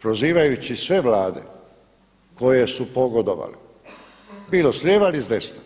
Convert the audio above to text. Prozivajući sve Vlade koje su pogodovale bilo s lijeva ili s desna,